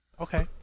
Okay